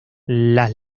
las